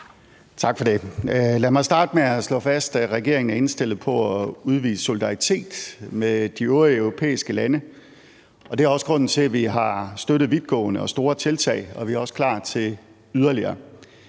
Tak for det. Lad mig starte med at slå fast, at regeringen er indstillet på at udvise solidaritet med de øvrige europæiske lande. Det er også grunden til, at vi har støttet vidtgående og store tiltag, og vi er også klar til yderligere.